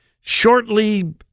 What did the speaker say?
shortly